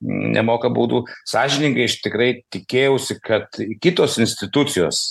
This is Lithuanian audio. nemoka baudų sąžiningai aš tikrai tikėjausi kad kitos institucijos